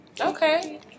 Okay